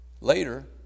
Later